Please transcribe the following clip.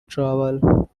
trouble